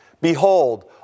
Behold